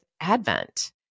Advent